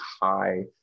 high